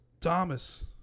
Thomas